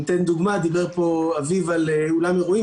אני אתן דוגמה: דיבר פה אביב על אולם אירועים.